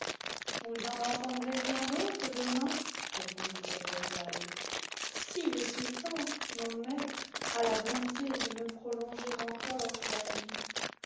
vous en entendrez bien d'autres demain répondit scheherazade si le sultan mon maître a la bonté de me prolonger encore la vie